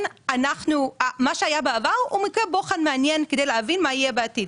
מה שהיה בעבר הוא מקרה בוחן מעניין כדי להבין מה יהיה בעתיד,